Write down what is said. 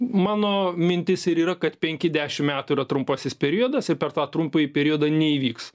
mano mintis ir yra kad penki dešim metų yra trumpasis periodas ir per tą trumpąjį periodą neįvyks